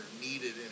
needed